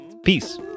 peace